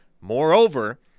Moreover